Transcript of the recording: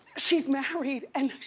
she's married and.